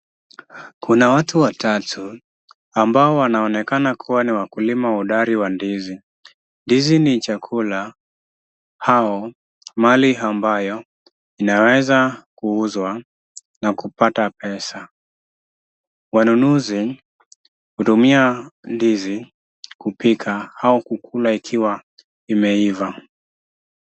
Kuna watu watatu ambao wanaonekana kuwa ni wakulima hodari wa ndizi. Ndizi ni chakula au mali ambayo inaweza kuuzwa na kupata pesa. Wanunuzi hutumia ndizi kupika au kukula ikiwa imeiva.